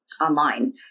online